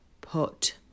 put